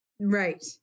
Right